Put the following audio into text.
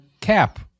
cap